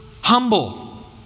humble